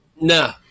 no